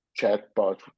chatbot